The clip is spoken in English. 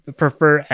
prefer